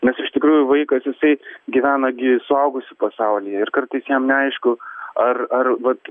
nes iš tikrųjų vaikas jisai gyvena gi suaugusių pasaulyje ir kartais jam neaišku ar ar vat